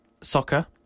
soccer